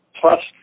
Plus